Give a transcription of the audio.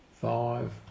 Five